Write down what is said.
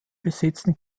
besitzen